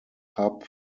hub